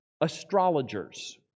astrologers